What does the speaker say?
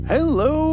Hello